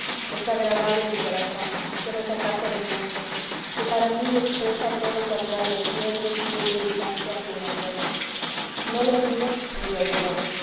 que está grabado en mi corazón que no se aparta de mi mente que para mí expresa todo cuanto hay de tierno y puro y santo aquí en la tierra no le olvido ni le olvidaré